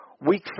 Weak